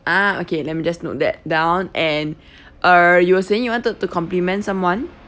ah okay let me just note that down and err you were saying you want to to compliment someone